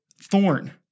thorn